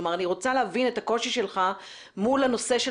אני רוצה להבין את הקושי שלך מול הנושא של